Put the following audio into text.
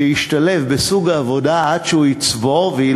שישתלב בסוג העבודה עד שהוא יצבור ניסיון